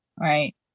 Right